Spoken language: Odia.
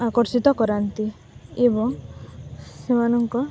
ଆକର୍ଷିତ କରାନ୍ତି ଏବଂ ସେମାନଙ୍କ